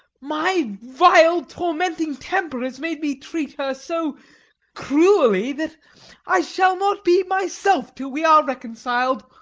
my vile tormenting temper has made me treat her so cruelly, that i shall not be myself till we are reconciled.